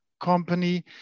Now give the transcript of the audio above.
company